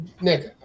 Nick